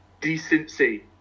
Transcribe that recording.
decency